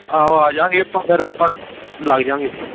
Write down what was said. ਆਹੋ ਆ ਜਾਂਗੇ ਆਪਾਂ ਫਿਰ ਆਪਾਂ ਲੱਗ ਜਾਂਗੇ